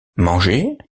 manger